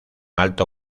alto